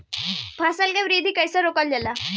फसल के वृद्धि कइसे रोकल जाला?